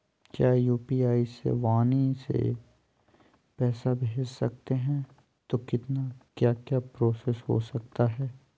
क्या यू.पी.आई से वाणी से पैसा भेज सकते हैं तो कितना क्या क्या प्रोसेस हो सकता है?